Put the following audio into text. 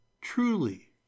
truly